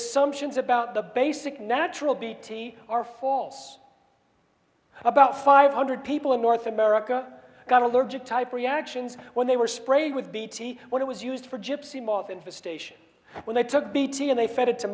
assumptions about the basic natural bt are false about five hundred people in north america got allergic type reactions when they were sprayed with bt what it was used for gypsy moth infestation when they took bt and they fed it to